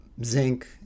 zinc